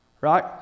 right